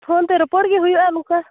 phone ᱛᱮ ᱨᱚᱯᱚᱲ ᱜᱮ ᱦᱩᱭᱩᱜᱼᱟ ᱱᱚᱝᱠᱟ